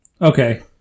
Okay